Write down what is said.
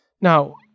Now